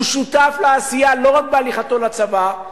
הוא שותף לעשייה לא רק בהליכתו לצבא,